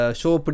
show